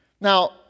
Now